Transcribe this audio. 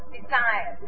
desire